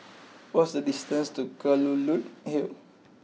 what is the distance to Kelulut Hill